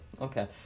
okay